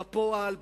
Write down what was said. בפועל,